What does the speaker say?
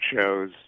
shows